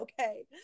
okay